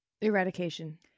Eradication